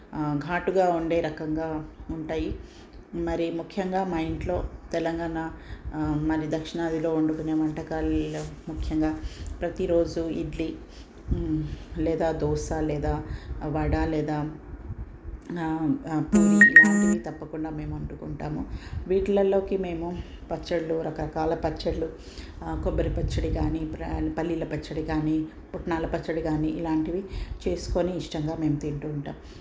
ఘాటుగా ఉండే రకంగా ఉంటాయి మరి ముఖ్యంగా మా ఇంట్లో తెలంగాణ మరి దక్షిణాదిలో వండుకునే వంటకాల్లో ముఖ్యంగా ప్రతిరోజు ఇడ్లీ లేదా దోశ లేదా వడ లేదా ఇలాంటివి తప్పకుండా మేము వండుకుంటాము వీటిల్లోకి మేము పచ్చళ్ళు రకరకాల పచ్చళ్ళు కొబ్బరి పచ్చడి కానీ పల్లీల పచ్చడి కానీ పుట్నాల పచ్చడి కానీ ఇలాంటివి చేసుకొని ఇష్టంగా మేము తింటూ ఉంటాము